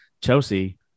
Chelsea